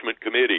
committee